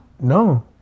No